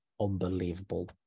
unbelievable